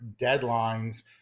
deadlines